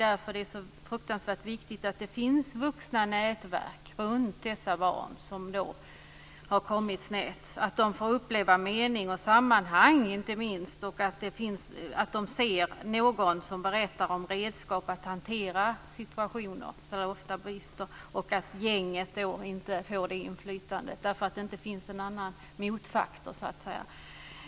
Därför är det fruktansvärt viktigt att det finns nätverk med vuxna runt dessa barn som har kommit snett, att de får uppleva mening och sammanhang, inte minst, att det finns någon som berättar om redskap för att de ska kunna hantera situationer där det ofta brister och att gänget inte får stort inflytande på grund av att det inte finns någon motfaktor, så att säga.